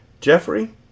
Jeffrey